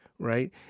right